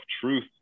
truth